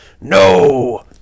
no